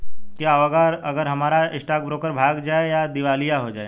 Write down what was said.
क्या होगा अगर हमारा स्टॉक ब्रोकर भाग जाए या दिवालिया हो जाये?